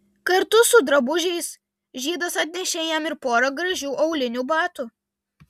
kartu su drabužiais žydas atnešė jam ir porą gražių aulinių batų